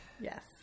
Yes